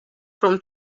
from